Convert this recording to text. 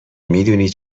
میدونی